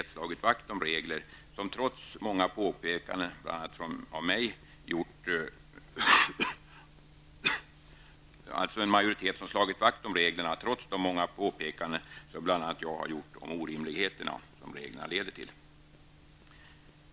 Jag tror inte att kännedomen om dessa regler är särskilt god ens i denna kammare, eftersom en majoritet har slagit vakt om dessa regler trots de många påpekanden som bl.a. jag gjort om de orimligheter som reglerna leder till.